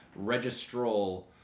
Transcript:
registral